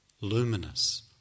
luminous